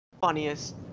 funniest